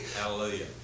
Hallelujah